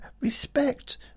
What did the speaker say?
respect